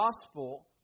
gospel